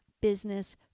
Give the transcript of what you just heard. business